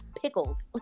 pickles